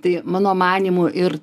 tai mano manymu ir